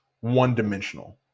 one-dimensional